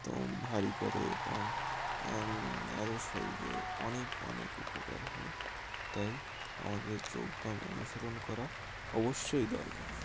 দম ভারী করে এবং আরও শরীরে অনেক অনেক উপকার হয় তাই আমাদের যোগব্যায়াম অনুসরণ করা অবশ্যই দরকার